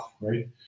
right